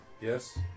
Yes